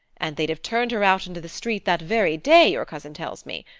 and they'd have turned her out into the street that very day, your cousin tells me.